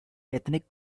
ethnic